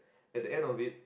at the end of it